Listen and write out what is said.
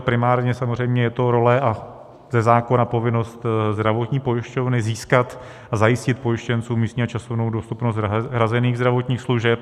Primárně samozřejmě je to role a ze zákona povinnost zdravotní pojišťovny získat a zajistit pojištěncům místní a časovou dostupnost hrazených zdravotních služeb.